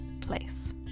place